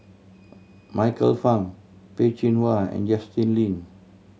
Michael Fam Peh Chin Hua and Justin Lean